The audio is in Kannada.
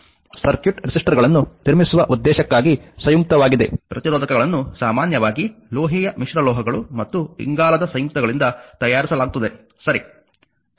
ಸರ್ಕ್ಯೂಟ್ ರೆಸಿಸ್ಟರ್ಗಳನ್ನು ನಿರ್ಮಿಸುವ ಉದ್ದೇಶಕ್ಕಾಗಿ ಸಂಯುಕ್ತವಾಗಿದೆ ಪ್ರತಿರೋಧಕಗಳನ್ನು ಸಾಮಾನ್ಯವಾಗಿ ಲೋಹೀಯ ಮಿಶ್ರಲೋಹಗಳು ಮತ್ತು ಇಂಗಾಲದ ಸಂಯುಕ್ತಗಳಿಂದ ತಯಾರಿಸಲಾಗುತ್ತದೆ